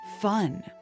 fun—